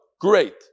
Great